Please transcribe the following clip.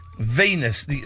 Venus